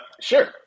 Sure